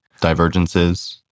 Divergences